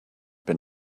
been